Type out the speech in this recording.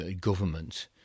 government